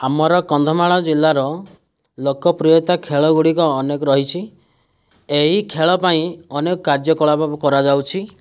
ଆମର କନ୍ଧମାଳ ଜିଲ୍ଲାର ଲୋକପ୍ରିୟତା ଖେଳ ଗୁଡ଼ିକ ଅନେକ ରହିଛି ଏହି ଖେଳ ପାଇଁ ଅନେକ କାର୍ଯ୍ୟକଳାପ କରାଯାଉଛି